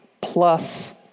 plus